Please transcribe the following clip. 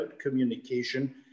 communication